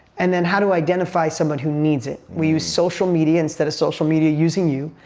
and then how to identify someone who needs it. we use social media instead of social media using you.